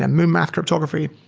um um math cryptography,